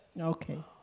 Okay